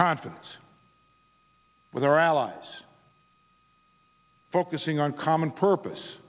confidence with our allies focusing on common purpose